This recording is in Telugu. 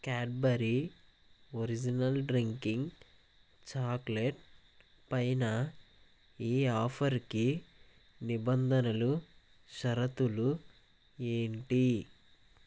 క్యాడ్బరీ ఒరిజినల్ డ్రింకింగ్ చాక్లెట్ పైన ఈ ఆఫరుకి నిబంధనలు షరతులు ఏంటి